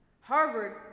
Harvard